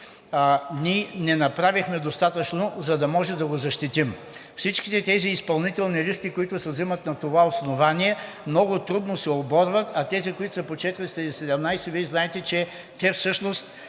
ние не направихме достатъчно, за да го защитим. Всички тези изпълнителни листа, които се взимат на това основание, много трудно се оборват, а тези, които са по чл. 417, Вие знаете, че те всъщност